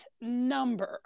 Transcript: number